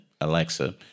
Alexa